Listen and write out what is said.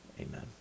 Amen